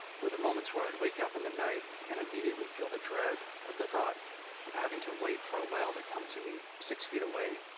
were the moments where i'd wake up in the night, and immediately feel the dread at the thought of having to wait for a whale to come to me, six feet away,